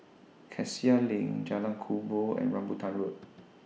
Cassia LINK Jalan Kubor and Rambutan Road